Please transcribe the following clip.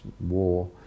war